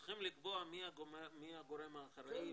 השר להשכלה גבוהה ומשלימה זאב אלקין: צריכים לקבוע מי הגורם האחראי.